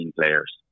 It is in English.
players